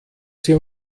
sie